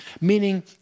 meaning